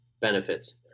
benefits